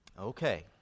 okay